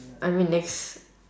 I mean next